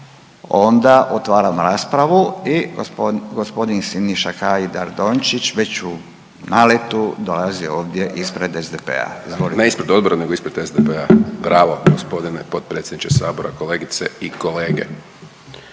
Onda otvaram raspravu i gospodin Siniša Hajdaš Dončić već u naletu dolazi ovdje ispred SDP-a. Izvolite. **Hajdaš Dončić, Siniša (SDP)** Ne ispred odbora, nego ispred SDP-a. Bravo gospodine potpredsjedniče Sabora, kolegice i kolege.